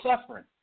suffering